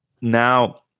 Now